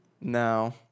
No